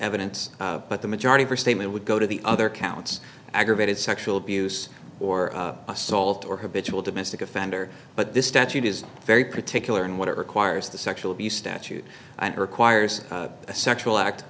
evidence but the majority her statement would go to the other counts aggravated sexual abuse or assault or habitual domestic offender but this statute is very particular in what it requires the sexual abuse statute requires a sexual act